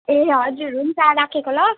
ए हजुर हुन्छ राखेको ल